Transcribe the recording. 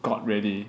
got ready